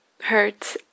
hurt